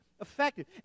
effective